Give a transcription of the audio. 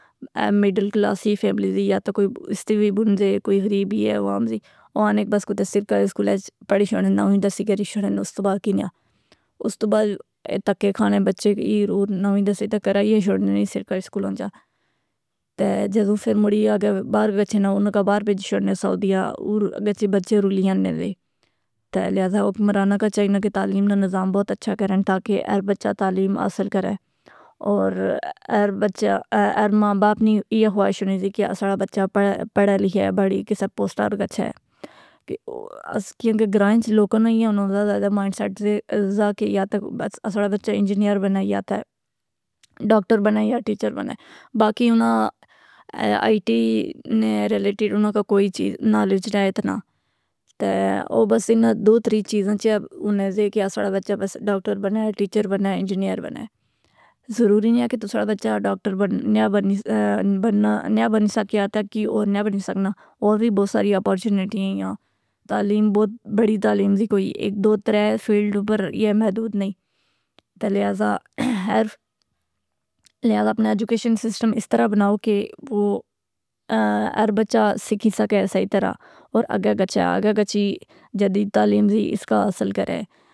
اے مڈل کلاس ای فیملی دی یا تو کوئی استیوی بون زے، کوئی غریب اے عوام زی۔ او اہنے بس کوتھے سرکاری سکولہ اچ پڑھی چھوڑنے، نوویں دسویں کری چھوڑن استوبعد کنیہ۔ استو بعد تکے کھانے بچے کہ ار اُر نوویں دسویں تہ کرائیا شوڑنے نی سرکاری سکولاں چا۔ تہ جدو فر مڑی آگے باہرگچھے نہ اناں کا باہر بیجی شوڑنے سعودیہ اور گچھی بچے رو لیاننے دے۔ تے لہٰذا حکمراناں کا چائینا کہ تعلیم نہ نظام بہت اچھا کرن تاکہ ہر بچہ تعلیم حاصل کرے اور ہر بچہ ہر ماں باپ نی ایا خواہش ہونی سی کہ اساڑا بچہ پڑھا لکھے بڑی کسے پوسٹا پر گچھے۔ کیونکہ گراں اچ لوکاں ناں ائاں ہونا دا زیادہ مائنڈسیٹ زا کہ یا تہ اساڑا بچہ انجینئر بنے یا تہ ڈاکٹر بنے یا ٹیچر بنے۔ باقی اناں آئی ٹی نے ریلیٹیڈ اناں کا کوئی چیز نالج نہ اتنا۔ تہ او بس اناں دو تری چیزاں اچ ہنے زے کہ اساڑا بچہ بس ڈاکٹر بنے ٹیچر بنے انجینئر بنے۔ ضروری نیں ہے کہ تساڑا بچہ ڈاکٹر نیا بنی سکیا تہ کی اور نیا بنی سکنا۔ اور وی بہت ساری اپورچنیٹی ہیاں۔ تعلیم بہت بڑی تعلیم جی کوئی ایک دو ترے فیلڈ اوپر یہ محدود نہیں۔ تہ لہٰذا ہر لہٰذا اپنے ایجوکیشن سسٹم اس طرح بناؤ کہ وہ ہر بچہ سیکھی سکے صحیح طرح اور اگے گچھے اگے گچھی جدید تعلیم ز حالی اس کا حاصل کرے.